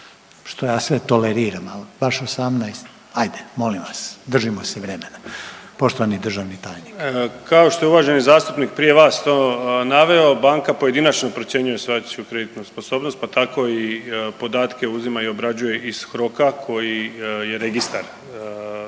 što ja sve toleriram, ali baš 18 ajde molim vas držimo se vremena. Poštovani državni tajnik. **Čuraj, Stjepan (HNS)** Kao što je uvaženi zastupnik prije vas to naveo, banka pojedinačno procjenjuje … kreditnu sposobnost pa tako i podatke uzima i obrađuje iz HROK-a koji je registar